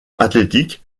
athlétique